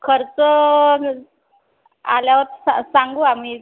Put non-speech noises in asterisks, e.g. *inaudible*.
खर्च *unintelligible* आल्यावर सा सांगू आम्ही